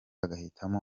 agahitamo